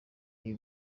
ibi